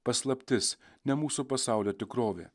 paslaptis ne mūsų pasaulio tikrovė